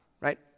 right